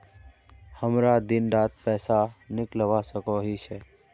हमरा दिन डात पैसा निकलवा सकोही छै?